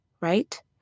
right